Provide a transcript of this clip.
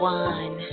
one